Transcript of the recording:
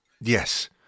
Yes